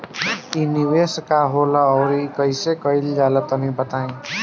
इ निवेस का होला अउर कइसे कइल जाई तनि बताईं?